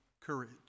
courage